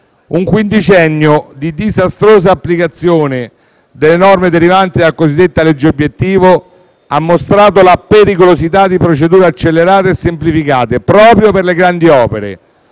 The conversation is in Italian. un quindicennio di disastrosa applicazione delle norme derivanti dalla cosiddetta legge obiettivo ha mostrato la pericolosità di procedure accelerate e semplificate proprio per le grandi opere,